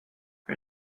her